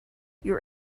your